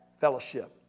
Fellowship